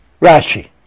Rashi